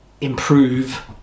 improve